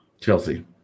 Chelsea